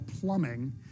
plumbing